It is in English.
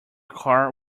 car